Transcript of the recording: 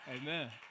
Amen